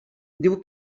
diu